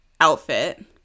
outfit